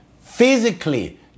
physically